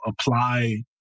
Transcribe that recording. apply